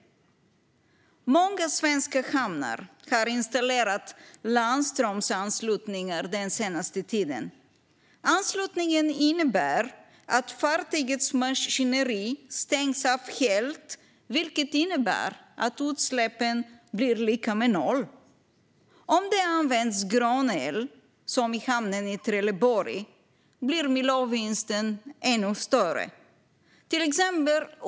Många svenska hamnar har den senaste tiden installerat landströmsanslutningar. Anslutningen innebär att fartygets maskineri stängs av helt, vilket innebär att utsläppen blir lika med noll. Om grön el används, som i hamnen i Trelleborg, blir miljövinsten ännu större.